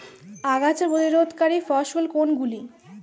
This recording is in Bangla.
আগাছা প্রতিরোধকারী ফসল কোনগুলি?